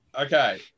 Okay